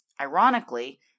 Ironically